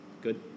Good